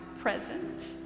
present